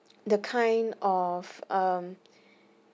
the kind of um